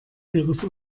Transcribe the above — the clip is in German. ihres